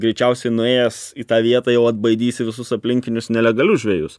greičiausiai nuėjęs į tą vietą jau atbaidysi visus aplinkinius nelegalius žvejus